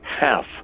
half